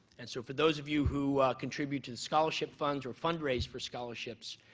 and so for those of you who contributed scholarship funds or fundraise for scholarships,